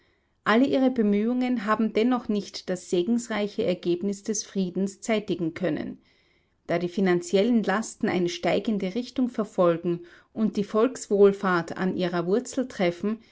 alle ihre bemühungen haben dennoch nicht das segensreiche ergebnis des friedens zeitigen können da die finanziellen lasten eine steigende richtung verfolgen und die volkswohlfahrt an ihrer wurzel treffen